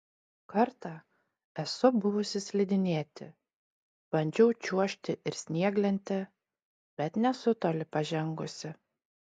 kartą esu buvusi slidinėti bandžiau čiuožti ir snieglente bet nesu toli pažengusi